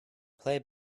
play